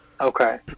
Okay